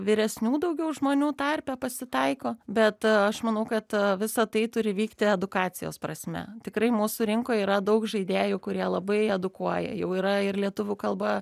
vyresnių daugiau žmonių tarpe pasitaiko bet aš manau kad visa tai turi vykti edukacijos prasme tikrai mūsų rinkoje yra daug žaidėjų kurie labai edukuoja jau yra ir lietuvių kalba